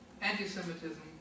anti-Semitism